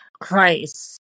Christ